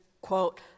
quote